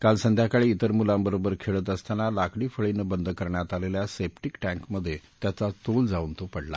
काल संध्याकाळी तेर मुलांबरोबर खेळत असताना लाकडी फळीनं बंद करण्यात आलेल्या सेप्टीक टँकमधे त्याचा तोल जाऊन तो पडला